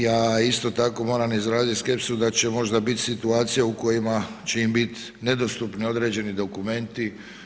Ja isto tako moram izraziti skepsu da će možda biti situacija u kojima će biti nedostupni određeni dokumenti.